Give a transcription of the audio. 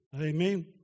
Amen